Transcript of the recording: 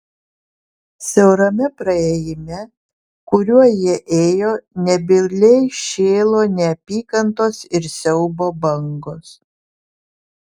siaurame praėjime kuriuo jie ėjo nebyliai šėlo neapykantos ir siaubo bangos